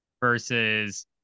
versus